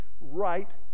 right